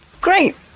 Great